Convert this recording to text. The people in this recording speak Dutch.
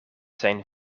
zijn